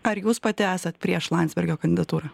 ar jūs pati esat prieš landsbergio kandidatūrą